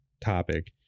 topic